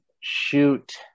shoot